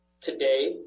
today